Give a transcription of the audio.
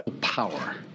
Power